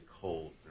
cold